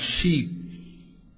sheep